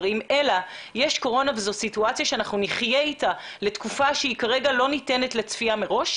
הטרגדיה להפצת הערכים שאני חושבת שיתרמו להפנמה,